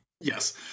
Yes